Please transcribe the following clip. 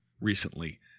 recently